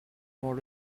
more